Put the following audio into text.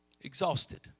Exhausted